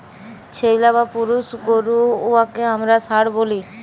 ছেইল্যা বা পুরুষ গরু উয়াকে আমরা ষাঁড় ব্যলি